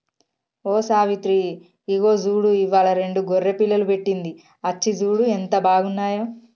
ఓ సావిత్రి ఇగో చూడు ఇవ్వాలా రెండు గొర్రె పిల్లలు పెట్టింది అచ్చి సూడు ఎంత బాగున్నాయో